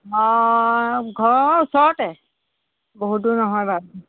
অঁ ঘৰৰ ওচৰতে বহুত দূৰ নহয় বাৰু